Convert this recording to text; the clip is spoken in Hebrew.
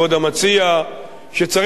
שצריך להקשיב לבדואים.